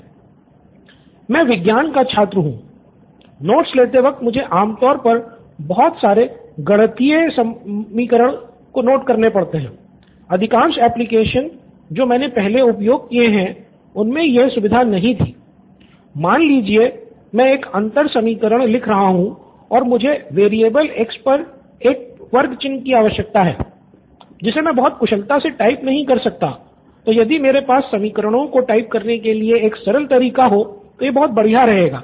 student 3 मैं विज्ञान का छात्र हूं नोट्स लेते वक़्त मुझे आमतौर पर बहुत सारे गणितीय समीकरण पर एक वर्ग चिन्ह की आवश्यकता है जिसे मैं बहुत कुशलता से टाइप नहीं कर सकता तो यदि मेरे पास समीकरणों को टाइप करने के लिए एक सरल तरीका हो तो यह बहुत बढ़िया रहेगा